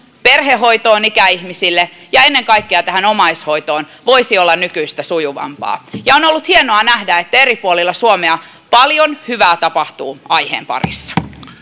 perhehoitoon ikäihmisille ja ennen kaikkea tähän omaishoitoon voisivat olla nykyistä sujuvampia ja on ollut hienoa nähdä että eri puolilla suomea paljon hyvää tapahtuu aiheen parissa